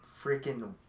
freaking